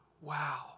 Wow